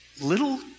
little